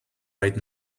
right